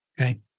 Okay